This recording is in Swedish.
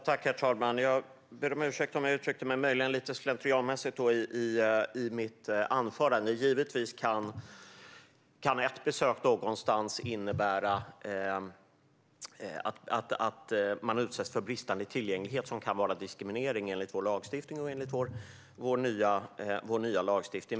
Herr talman! Jag ber om ursäkt om jag möjligen uttryckte mig lite slentrianmässigt i mitt anförande. Givetvis kan ett besök någonstans innebära att man utsätts för bristande tillgänglighet som kan vara diskriminering enligt vår gällande lagstiftning eller enligt vår nya lagstiftning.